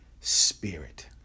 Spirit